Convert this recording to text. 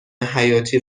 حیاتی